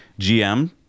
GM